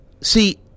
See